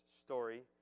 story